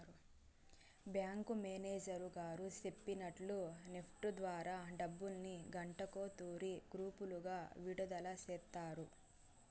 bank manager గారు సెప్పినట్టు NEFT ద్వారా డబ్బుల్ని గంటకో తూరి గ్రూపులుగా విడదల సేస్తారు